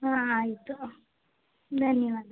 ಹಾಂ ಆಯಿತು ಧನ್ಯವಾದ